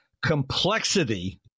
Complexity